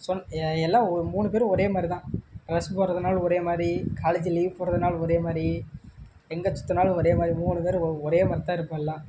எல்லாம் மூணு பேரும் ஒரே மாதிரிதான் டிரெஸ் போடுறதுனாலும் ஒரே மாதிரி காலேஜ் லீவு போடுறதுனாலும் ஒரே மாதிரி எங்கே சுற்றினாலும் ஒரே மாதிரி மூணு பேரும் ஒரே மாதிரித்தான் இருப்போம் எல்லாம்